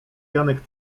janek